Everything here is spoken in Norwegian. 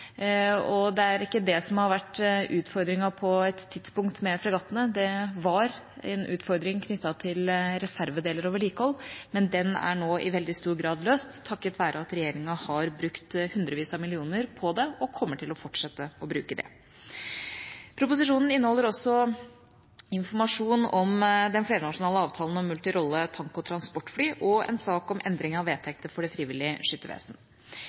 ikke. Det er ikke det som har vært utfordringen på et tidspunkt med fregattene. Det var en utfordring knyttet til reservedeler og vedlikehold, men den er nå i veldig stor grad løst, takket være at regjeringa har brukt hundrevis av millioner på det og kommer til å fortsette å bruke det. Proposisjonen inneholder også informasjon om den flernasjonale avtalen om multirolle tank- og transportfly og en sak om endring av vedtekter for Det frivillige